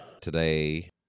today